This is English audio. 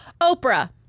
Oprah